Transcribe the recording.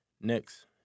Next